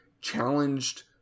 challenged